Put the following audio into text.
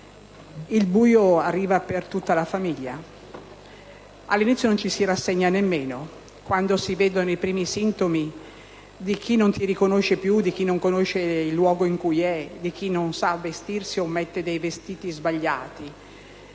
il buio arriva per tutta la famiglia. All'inizio non ci si rassegna nemmeno quando si vedono i primi sintomi di chi non ti riconosce più, di chi non riconosce il luogo in cui si trova, di chi non sa vestirsi o mette dei vestiti sbagliati.